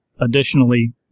Additionally